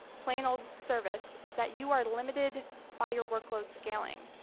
plain old service, is that you are limited by your workload scaling.